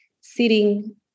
sitting